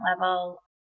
level